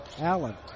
Allen